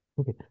Okay